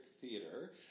theater